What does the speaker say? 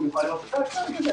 אבל אני רק אתן לך,